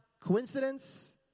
coincidence